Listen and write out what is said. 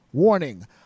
Warning